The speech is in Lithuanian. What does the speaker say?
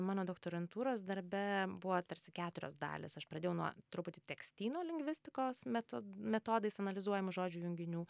mano doktorantūros darbe buvo tarsi keturios dalys aš pradėjau nuo truputį tekstynų lingvistikos metod metodais analizuojamų žodžių junginių